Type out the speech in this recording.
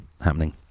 happening